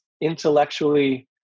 intellectually